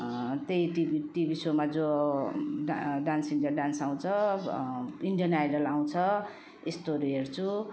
त्यही TV TV सोमा जो डान्स इन्डिया डान्स आउँछ इन्डियन आइडल आउँछ यस्तोहरू हेर्छु